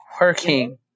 working